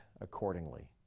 accordingly